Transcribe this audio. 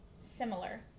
similar